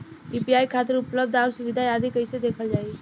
UPI खातिर उपलब्ध आउर सुविधा आदि कइसे देखल जाइ?